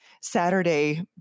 Saturday